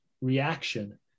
reaction